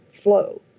flow